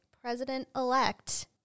president-elect